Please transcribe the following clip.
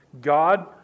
God